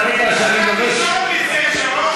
חברת הכנסת חנין זועבי, תבקש ממנו להתנצל עכשיו.